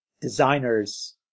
designers